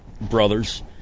brothers